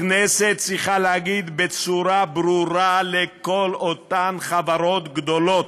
הכנסת צריכה להגיד בצורה ברורה לכל אותן חברות גדולות: